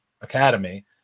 academy